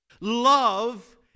Love